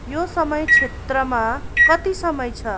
यो समय क्षेत्रमा कति समय छ